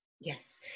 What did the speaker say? Yes